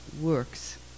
works